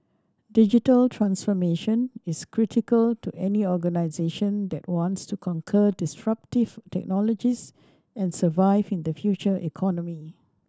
digital transformation is critical to any organisation that wants to conquer disruptive technologies and survive in the future economy